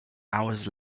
hours